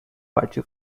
party